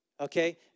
Okay